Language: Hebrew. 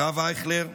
הרב אייכלר,